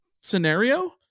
scenario